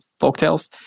folktales